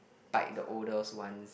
bite the older's one's